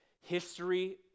history